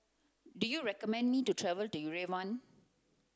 do you recommend me to travel to Yerevan